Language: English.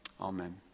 Amen